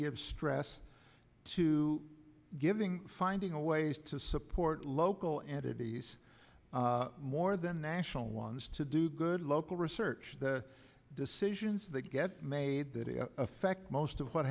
give stress to giving finding a ways to support local entities more than national ones to do good local research the decisions that get made that affect most of what